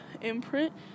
imprint